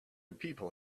people